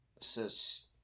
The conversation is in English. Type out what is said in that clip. says